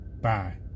bye